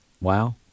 wow